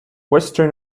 western